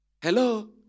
Hello